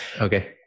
Okay